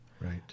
Right